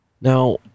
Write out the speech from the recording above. Now